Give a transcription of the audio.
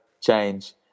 change